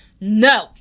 No